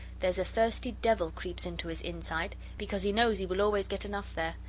there's a thirsty devil creeps into his inside, because he knows he will always get enough there.